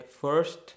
first